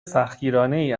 سختگیرانهای